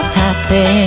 happy